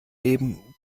leben